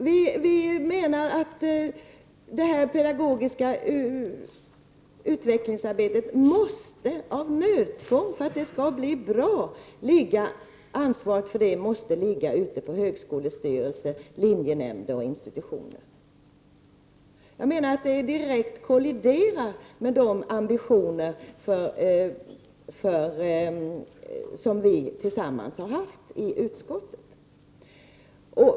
Vi menar att ansvaret för det pedagogiska utvecklingsarbetet av nödtvång, för att det skall bli bra, måste ligga på högskolestyrelser, linjenämnder och institutioner. Förslaget om ett grundutbildningsråd kolliderar direkt med de ambitioner som vi tillsammans har haft i utskottet.